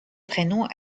prénoms